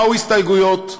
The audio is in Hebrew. באו הסתייגויות,